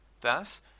Thus